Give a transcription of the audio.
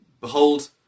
Behold